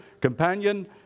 companion